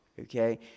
okay